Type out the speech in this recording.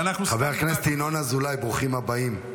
חבר הכנסת ינון אזולאי, ברוכים הבאים.